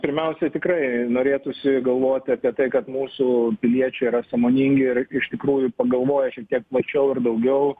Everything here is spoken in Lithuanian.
pirmiausia tikrai norėtųsi galvoti apie tai kad mūsų piliečiai yra sąmoningi ir iš tikrųjų pagalvoję kiek mačiau ir daugiau